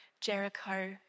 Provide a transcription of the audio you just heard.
Jericho